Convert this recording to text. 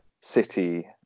city